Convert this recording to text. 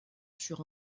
sur